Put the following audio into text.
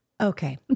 okay